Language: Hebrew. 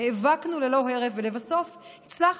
נאבקנו ללא הרף ולבסוף הצלחנו,